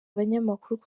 abanyamakuru